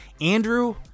Andrew